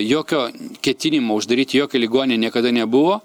jokio ketinimo uždaryt jokią ligoninę niekada nebuvo